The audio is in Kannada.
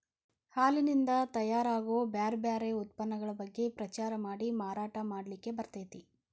ಹಾಲಿನಿಂದ ತಯಾರ್ ಆಗೋ ಬ್ಯಾರ್ ಬ್ಯಾರೆ ಉತ್ಪನ್ನಗಳ ಬಗ್ಗೆ ಪ್ರಚಾರ ಮಾಡಿ ಮಾರಾಟ ಮಾಡ್ಲಿಕ್ಕೆ ಬರ್ತೇತಿ